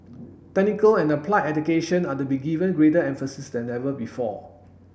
technical and applied education are to be given greater emphasis than ever before